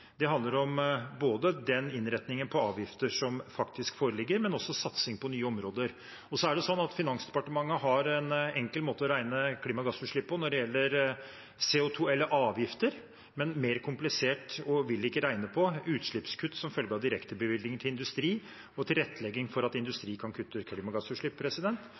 Det handler om innretningen på avgifter som faktisk foreligger, men også satsing på nye områder. Og så er det sånn at Finansdepartementet har en enkel måte å regne klimagassutslipp på når det gjelder CO 2 eller avgifter, men noe mer komplisert vil de ikke regne på: utslippskutt som følge av direktebevilgninger til industri og tilrettelegging for at industri kan kutte klimagassutslipp.